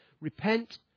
repent